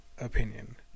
opinion